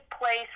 place